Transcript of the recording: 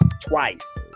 twice